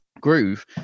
groove